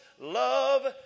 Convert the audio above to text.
love